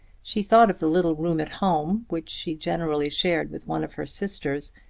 she thought of the little room at home which she generally shared with one of her sisters,